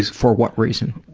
for what reason?